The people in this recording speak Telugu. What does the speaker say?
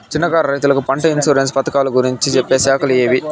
చిన్న కారు రైతుకు పంట ఇన్సూరెన్సు పథకాలు గురించి చెప్పే శాఖలు ఏవి?